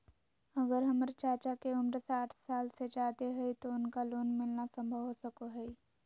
अगर हमर चाचा के उम्र साठ साल से जादे हइ तो उनका लोन मिलना संभव हो सको हइ?